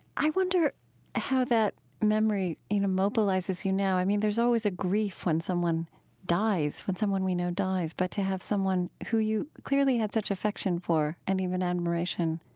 i wonder how that memory even you know mobilizes you now. i mean, there's always a grief when someone dies, when someone we know dies, but to have someone who you clearly have such affection for and even admiration,